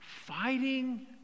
fighting